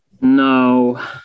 no